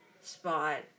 spot